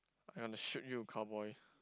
I want to shoot you cowboy